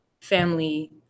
family